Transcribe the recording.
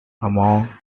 among